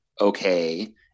okay